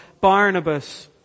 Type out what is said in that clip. Barnabas